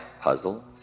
puzzle